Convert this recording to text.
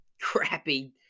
crappy